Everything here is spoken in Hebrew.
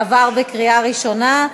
עברה בקריאה ראשונה.